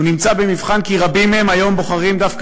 הוא נמצא במבחן כי רבים מהם בוחרים היום דווקא